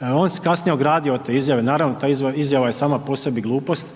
On se kasnije ogradio od te izjave, naravno ta izjava je sama po sebi glupost,